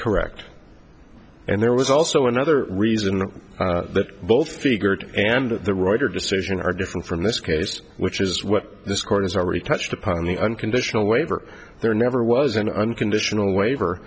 correct and there was also another reason that both figured and the writer decision are different from this case which is what this court has already touched upon the unconditional waiver there never was an unconditional waiver